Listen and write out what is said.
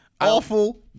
Awful